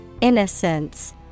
Innocence